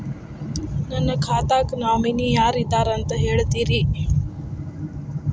ನನ್ನ ಖಾತಾಕ್ಕ ನಾಮಿನಿ ಯಾರ ಇದಾರಂತ ಹೇಳತಿರಿ?